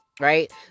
Right